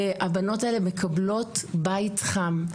והבנות האלה מקבלות בית חם.